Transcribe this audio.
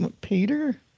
Peter